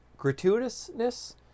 gratuitousness